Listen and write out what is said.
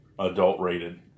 Adult-rated